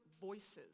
voices